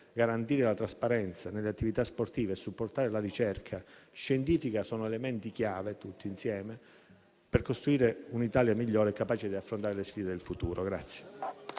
garantire la trasparenza nelle attività sportive e supportare la ricerca scientifica sono elementi chiave, tutti insieme, per costruire un'Italia migliore e capace di affrontare le sfide del futuro.